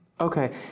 Okay